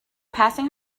passing